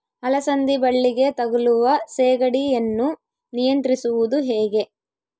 ಅಲಸಂದಿ ಬಳ್ಳಿಗೆ ತಗುಲುವ ಸೇಗಡಿ ಯನ್ನು ನಿಯಂತ್ರಿಸುವುದು ಹೇಗೆ?